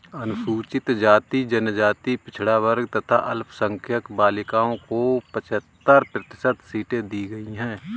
अनुसूचित जाति, जनजाति, पिछड़ा वर्ग तथा अल्पसंख्यक बालिकाओं को पचहत्तर प्रतिशत सीटें दी गईं है